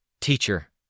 Teacher